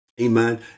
amen